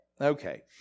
Okay